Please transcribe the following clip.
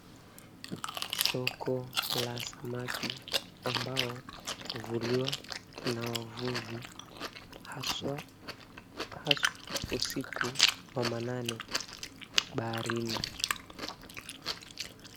Soko la samaki ambao huvuliwa na wavuvi haswa haswa usiku wa manane baharini.